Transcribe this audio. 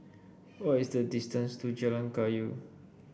what is the distance to Jalan Kayu